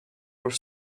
were